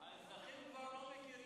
האזרחים כבר לא מכירים,